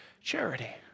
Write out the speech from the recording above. charity